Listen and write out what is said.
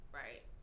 right